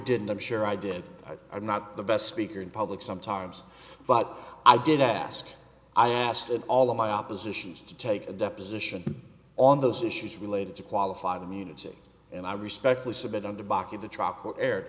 didn't i'm sure i did are not the best speaker in public sometimes but i did ask i asked in all of my oppositions to take a deposition on those issues related to qualified immunity and i respectfully